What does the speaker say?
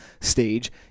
stage